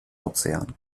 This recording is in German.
ozean